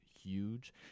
huge